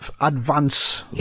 advance